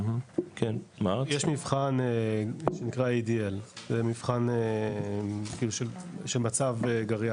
יש מבחן שנקרא ADL, זה מבחן שמצב גריאטרי,